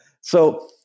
So-